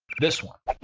this one,